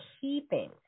keeping